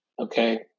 Okay